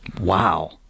Wow